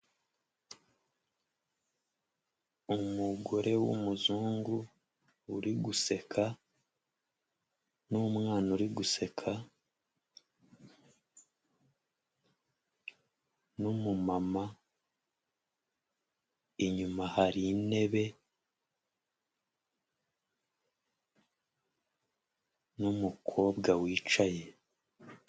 Umugore w'umuzungu uri guseka n'umwana uri guseka n'umumama, inyuma hari intebe n'umukobwa wicaye.